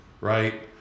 right